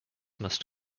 must